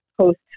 post